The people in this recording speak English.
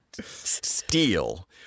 steal